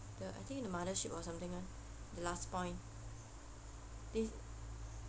ya I think the Mothership or something [one] the last point they